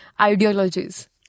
ideologies